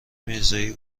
میرزایی